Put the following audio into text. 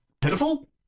pitiful